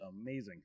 amazing